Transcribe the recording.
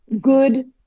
good